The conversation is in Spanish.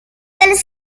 del